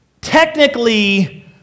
technically